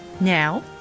now